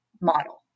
model